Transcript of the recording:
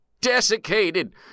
desiccated